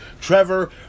Trevor